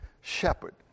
shepherd